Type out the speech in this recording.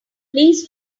please